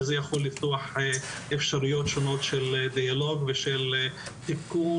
וזה יכול לפתוח אפשרויות שונות של דיאלוג ושל תיקון